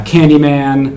Candyman